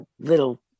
little